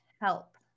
help